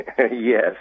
Yes